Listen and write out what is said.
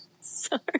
Sorry